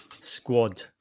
squad